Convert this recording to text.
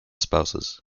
spouses